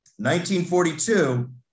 1942